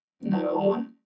No